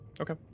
okay